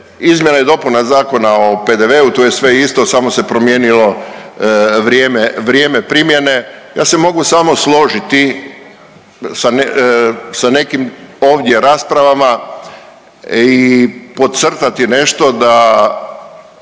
izmjena i dopuna Zakon o PDV-u tu je sve isto samo se promijenilo vrijeme, vrijeme primjene. Ja se mogu samo složiti sa nekim ovdje raspravama i podcrtati nešto da